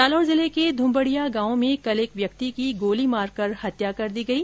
जालौर जिले के ध्रम्बडीया गांव में कल एक व्यक्ति की गोली मारकर हत्या कर दी गई